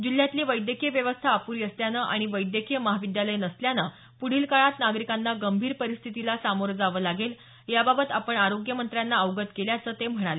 जिल्ह्यातली वैद्यकीय व्यवस्था अपूरी असल्यानं आणि वैद्यकीय महाविद्यालय नसल्यानं पूढील काळात नागरिकांना गंभीर परिस्थितीला सामोरं जावं लागेल याबाबत आपण आरोग्य मंत्र्यांना अवगत केल्याचं ते म्हणाले